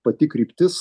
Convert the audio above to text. pati kryptis